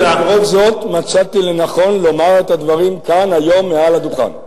ולמרות זאת מצאתי לנכון לומר את הדברים כאן היום מעל הדוכן.